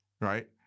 right